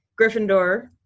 Gryffindor